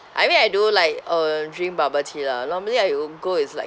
I mean I do like uh drink bubble tea lah normally I will go is like